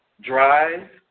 drive